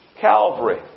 Calvary